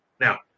Now